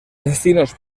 destinos